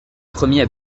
premiers